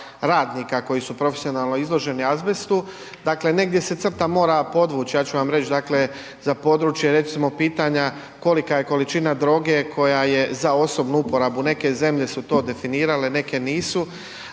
radnika koji su profesionalno izlože ni azbestu. Dakle, negdje se crta mora podvući. Ja ću vam reći dakle za područje recimo pitanja kolika je količina droge koja je za osobnu uporabu, neke zemlje su to definirale, neke nisu.